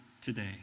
today